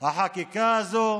החקיקה הזאת.